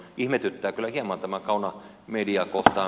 ihmetyttää kyllä hieman tämä kauna mediaa kohtaan